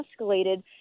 escalated